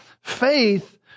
Faith